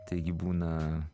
taigi būna